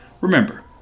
Remember